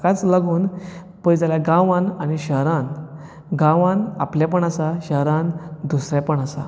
हाकाच लागून पळयत जाल्यार गांवांत आनी शहरांत गांवांत आपलेपण आसा आनी शहरांत दुसरेपण आसा